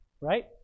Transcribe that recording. Right